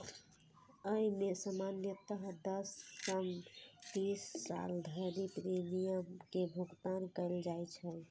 अय मे सामान्यतः दस सं तीस साल धरि प्रीमियम के भुगतान कैल जाइ छै